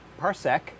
Parsec